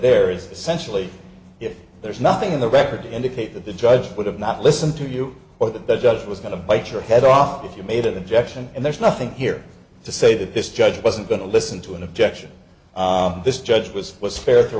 there is essentially if there's nothing in the record indicate that the judge would have not listened to you or that the judge was going to bite your head off if you made it injection and there's nothing here to say that this judge wasn't going to listen to an objection this judge was was fair